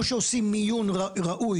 או שעושים מיון ראוי,